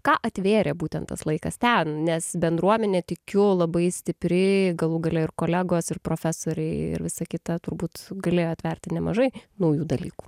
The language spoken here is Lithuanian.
ką atvėrė būtent tas laikas ten nes bendruomenė tikiu labai stipri galų gale ir kolegos ir profesoriai ir visa kita turbūt gali atverti nemažai naujų dalykų